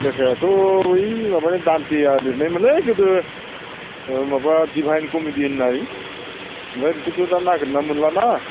लेखायाथ' बै माबानि दानथेया लिरनायमोनलै गोदो माबा डिभाइन कमिडि होन्नाय ओमफ्राय बेखौथ' दा नागिरना मोनलाना